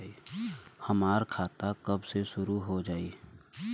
हमार खाता कब से शूरू हो जाई?